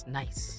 nice